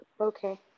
okay